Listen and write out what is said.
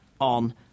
on